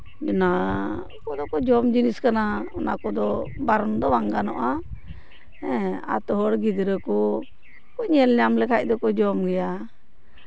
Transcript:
ᱚᱱᱟ ᱠᱚᱫᱚ ᱡᱚᱢ ᱡᱤᱱᱤᱥ ᱠᱟᱱᱟ ᱚᱱᱟ ᱠᱚᱫᱚ ᱵᱟᱨᱚᱱ ᱫᱚ ᱵᱟᱝ ᱜᱟᱱᱚᱜᱼᱟ ᱦᱮᱸ ᱟᱹᱛᱩ ᱦᱚᱲ ᱜᱤᱫᱽᱨᱟᱹ ᱠᱚ ᱧᱮᱞ ᱧᱟᱢ ᱞᱮᱠᱷᱟᱱ ᱫᱚᱠᱚ ᱡᱚᱢ ᱜᱮᱭᱟ